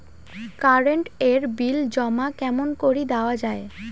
Current এর bill জমা কেমন করি দেওয়া যায়?